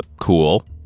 cool